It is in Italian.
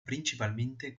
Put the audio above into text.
principalmente